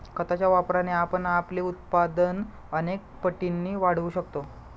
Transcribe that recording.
खताच्या वापराने आपण आपले उत्पादन अनेक पटींनी वाढवू शकतो